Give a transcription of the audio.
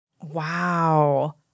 Wow